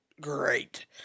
great